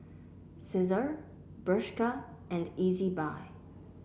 Cesar Bershka and Ezbuy